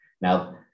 Now